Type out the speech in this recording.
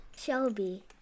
shelby